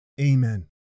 Amen